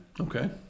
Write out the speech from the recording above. Okay